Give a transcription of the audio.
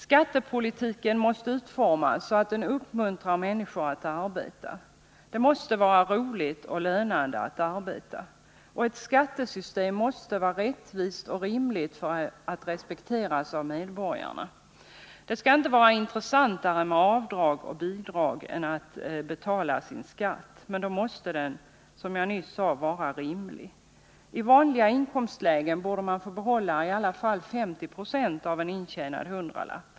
Skattepolitiken måste utformas så att den uppmuntrar människor att arbeta. Det måste vara roligt och lönande att arbeta. Ett skattesystem måste vara rättvist och rimligt för att respekteras av medborgarna. Det skall inte vara intressantare att göra avdrag och söka bidrag än att betala sin skatt. Men då måste skatten, som jag nyss sade, vara rimlig. I vanliga inkomstlägen borde man få behålla i alla fall 50 26 av en intjänad hundralapp.